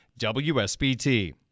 WSBT